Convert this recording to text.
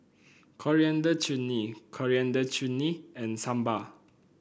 Coriander Chutney Coriander Chutney and Sambar